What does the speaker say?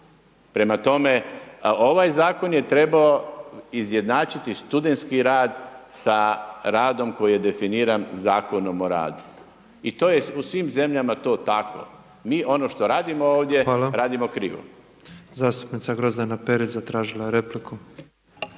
Prema tome ovaj zakon je trebao izjednačiti studentski rad sa radom koji je definiran Zakonom o radu. I to je u svim zemljama to tako. Mi ono što radimo ovdje radimo krivo. **Petrov, Božo (MOST)** Zastupnica Grozdana Perić zatražila je repliku.